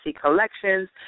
Collections